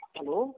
Hello